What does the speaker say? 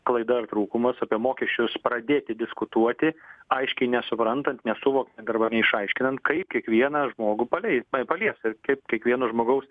klaida ar trūkumas apie mokesčius pradėti diskutuoti aiškiai nesuprantant nesuvokiant arba neišaiškinant kaip kiekvieną žmogų palei palies ir kaip kiekvieno žmogaus